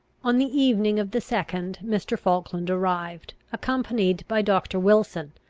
on the evening of the second mr. falkland arrived, accompanied by doctor wilson,